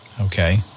Okay